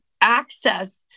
access